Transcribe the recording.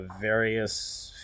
various